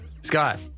scott